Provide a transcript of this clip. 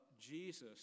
Jesus